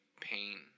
pain